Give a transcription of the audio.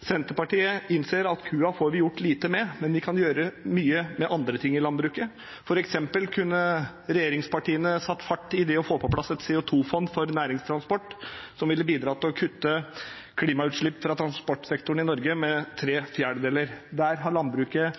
Senterpartiet innser at kua får vi gjort lite med, men vi kan gjøre mye med andre ting i landbruket, f.eks. kunne regjeringspartiene satt fart i det å få på plass et CO 2 -fond for næringstransport, som ville bidratt til å kutte klimautslipp fra transportsektoren i Norge med tre fjerdedeler. Der har landbruket